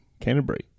Canterbury